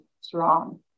strong